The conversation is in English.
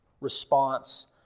response